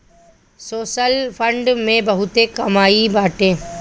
social fund में बहुते कमाई बाटे